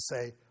say